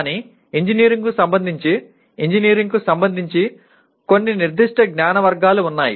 కానీ ఇంజనీరింగ్కు సంబంధించి ఇంజనీరింగ్కు సంబంధించి కొన్ని నిర్దిష్ట జ్ఞాన వర్గాలు ఉన్నాయి